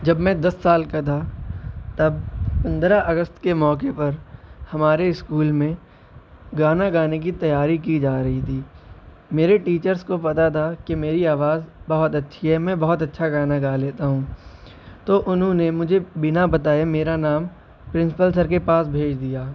جب میں دس سال کا تھا تب پندرہ اگست کے موقع پر ہمارے اسکول میں گانا گانے کی تیاری کی جا رہی تھی میرے ٹیچرس کو پتا تھا کہ میری آواز بہت اچھی ہے میں بہت اچھا گانا گا لیتا ہوں تو انہوں نے مجھے بنا بتائے میرا نام پرنسپل سر کے پاس بھیج دیا